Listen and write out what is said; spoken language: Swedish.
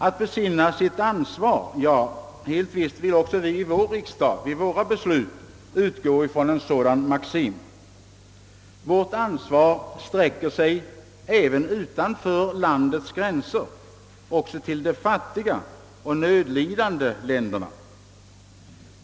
Att besinna sitt ansvar — helt visst vill också vi i vår riksdag och i våra beslut utgå ifrån en sådan maxim. Vårt ansvar sträcker sig även utanför landets gränser, också till de fattiga och nödlidande länderna.